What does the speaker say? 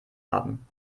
haben